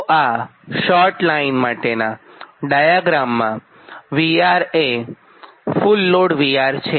તો આ short line માટેનાં ડાયાગ્રામમાં VR એ ફુલ લોડ VR છે